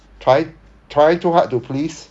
trying trying too hard to please